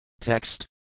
text